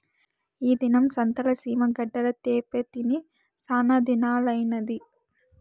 ఈ దినం సంతల సీమ గడ్డలు తేప్పా తిని సానాదినాలైనాది